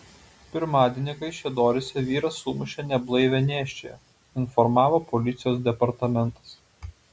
pirmadienį kaišiadoryse vyras sumušė neblaivią nėščiąją informavo policijos departamentas